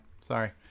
sorry